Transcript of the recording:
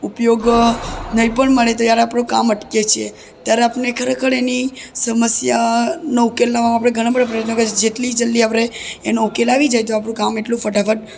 ઉપયોગ નહીં પણ મળે અને આપણું કામ પણ અટકે છે ત્યારે આપણે ખરેખર એની સમસ્યાનો ઉકેલ લાવવા આપણે ઘણા બધા પ્રયત્નો કરી છીએ જેટલી જલ્દી આપરે એનો ઉકેલ આવી જાય તો આપણું કામ એટલું ફટાફટ